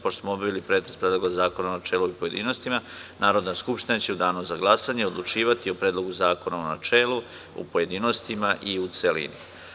Pošto smo obavili pretres Predloga zakona u načelu i u pojedinostima, Narodna skupština će u danu za glasanje odlučivati o Predlogu zakona u načelu, u pojedinostima i u celini.